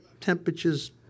Temperatures